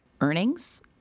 Earnings